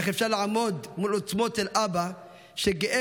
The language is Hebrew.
איך אפשר לעמוד מול עוצמות של אבא שגאה